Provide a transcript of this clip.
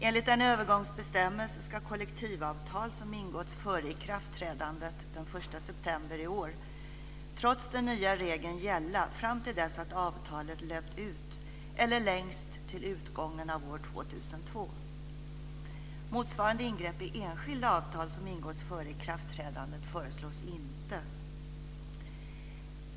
Enligt en övergångsbestämmelse ska kollektivavtal som ingåtts före ikraftträdandet den 1 september i år trots den nya regeln gälla fram till dess att avtalet löpt ut, eller längst till utgången av år 2002. Motsvarande ingrepp i enskilda avtal som ingåtts före ikraftträdandet föreslås inte.